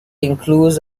includes